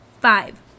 five